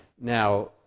Now